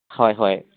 ꯍꯣꯏ ꯍꯣꯏ